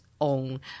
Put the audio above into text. own